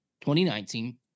2019